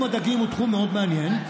תחום הדגים הוא תחום מאוד מעניין.